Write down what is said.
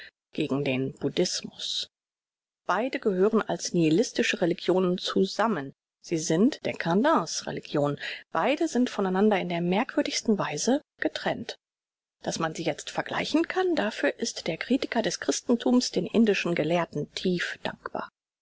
gegen den buddhismus beide gehören als nihilistische religionen zusammen sie sind dcadence religionen beide sind von einander in der merkwürdigsten weise getrennt daß man sie jetzt vergleichen kann dafür ist der kritiker des christenthums den indischen gelehrten tief dankbar